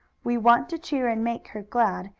we want to cheer, and make her glad,